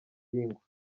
ibihingwa